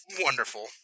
wonderful